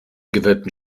gewölbten